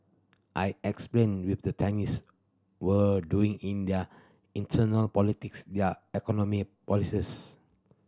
I explained with the Chinese were doing in their internal politics their economic policies